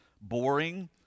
boring